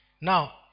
Now